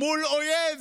מול אויב